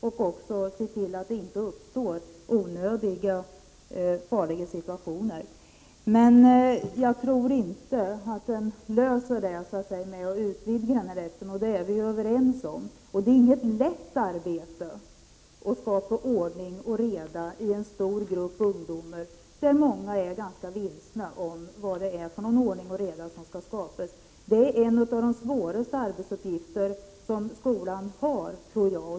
Dessutom måste man se till att det inte uppstår onödiga farliga situationer. Men jag tror inte att man löser problemen genom att utvidga rätten att använda våld. Det är vi överens om. Det är inget lätt arbete att skapa ordning och reda i en stor grupp ungdomar, där många är ganska vilsna i fråga om vilken ordning och reda som skall skapas. Det är en av de svåraste arbetsuppgifter som skolan har, tror jag.